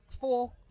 four